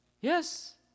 Yes